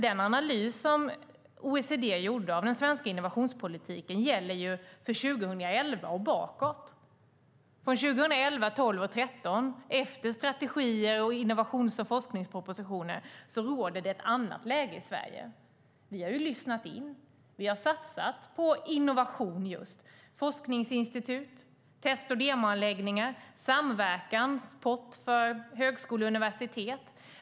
Den analys som OECD gjorde av den svenska innovationspolitiken gäller för 2011 och bakåt i tiden. Från 2011, 2012 och 2013, efter strategier och innovations och forskningspropositioner, råder det ett annat läge i Sverige. Vi har lyssnat in och satsat på just innovation, till exempel forskningsinstitut, test och demoanläggningar och en samverkanspott för högskolor och universitet.